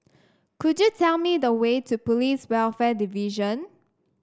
could you tell me the way to Police Welfare Division